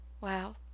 Wow